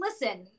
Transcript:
listen